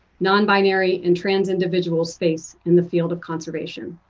nonbinary and trans individuals face in the field of conservation.